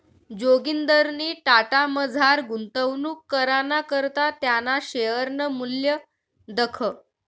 जोगिंदरनी टाटामझार गुंतवणूक कराना करता त्याना शेअरनं मूल्य दखं